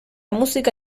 música